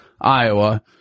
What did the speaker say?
iowa